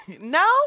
no